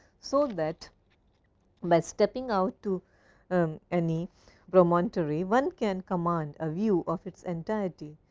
so that by stepping out to any promontory, one can command a view of its entirety.